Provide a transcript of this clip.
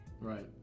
right